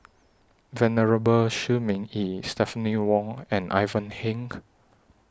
Venerable Shi Ming Yi Stephanie Wong and Ivan Heng